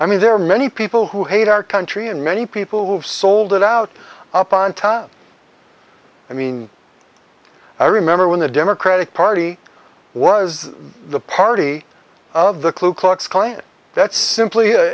i mean there are many people who hate our country and many people who've sold it out up on time i mean i remember when the democratic party was the party of the klu klux klan that's simply a